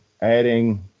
adding